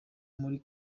muri